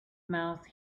mouth